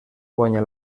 guanya